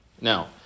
Now